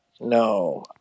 No